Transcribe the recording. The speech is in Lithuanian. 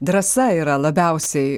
drąsa yra labiausiai